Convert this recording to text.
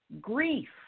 grief